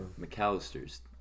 McAllister's